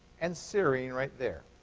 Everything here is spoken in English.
and serine right there.